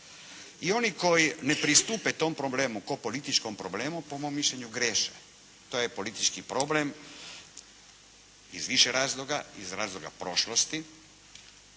I oni koji ne pristupe tom problemu kao političkom problemu po mom mišljenju griješe. To je politički problem iz više razloga, iz razloga prošlosti